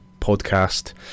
podcast